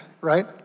right